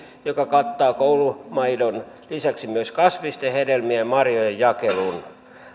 joka kattaa koulumaidon lisäksi myös kasvisten hedelmien ja marjojen jakelun